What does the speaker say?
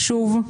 שוב,